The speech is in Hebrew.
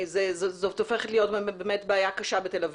זאת הופכת להיות באמת בעיה קשה בתל אביב,